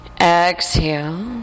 Exhale